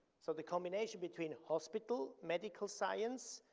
so the combination between hospital, medical science,